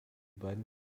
beiden